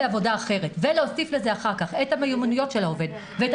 עבודה אחרת ולהוסיף לזה אחר כך את המיומנויות של העובד ואת